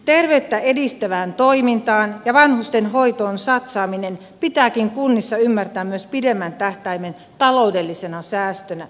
terveyttä edistävään toimintaan ja vanhustenhoitoon satsaaminen pitääkin kunnissa ymmärtää myös pidemmän tähtäimen taloudellisena säästönä